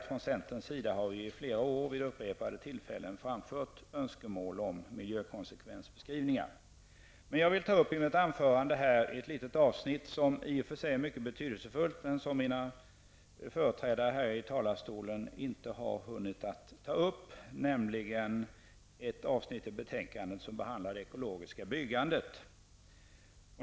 Från centerns sida har vi i flera år vid upprepade tillfällen framfört önskemål om miljökonsekvensbeskrivningar. Jag vill ta upp ett avsnitt som är betydelsefullt, men som mina företrädare i talarstolen inte har hunnit tala om, nämligen ett avsnitt i betänkandet som behandlar det ekologiska byggandet.